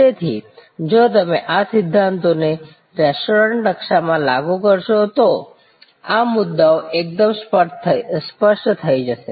તેથી જો તમે આ સિદ્ધાંતોને રેસ્ટોરન્ટ નકશા માં લાગુ કરશો તો આ મુદ્દાઓ એકદમ સ્પષ્ટ થઈ જશે